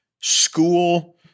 school-